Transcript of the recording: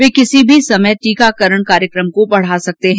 ये किसी भी समय टीकाकरण कार्यक्रम को बढ़ा सकते हैं